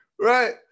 right